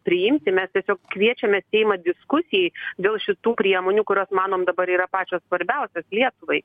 priimti mes tiesiog kviečiame seimą diskusijai dėl šitų priemonių kurios manom dabar yra pačios svarbiausios lietuvai